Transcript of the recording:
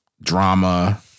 drama